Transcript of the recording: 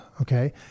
okay